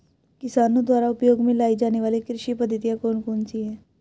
किसानों द्वारा उपयोग में लाई जाने वाली कृषि पद्धतियाँ कौन कौन सी हैं?